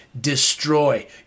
destroy